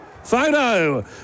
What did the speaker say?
Photo